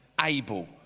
able